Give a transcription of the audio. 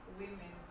women